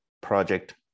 project